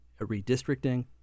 redistricting